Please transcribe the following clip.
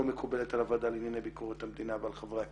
מקובלת על הוועדה לענייני ביקורת המדינה ועל חברי הכנסת.